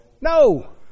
No